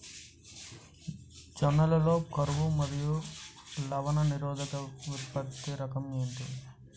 జొన్న లలో కరువు మరియు లవణ నిరోధక విత్తన రకం ఏంటి?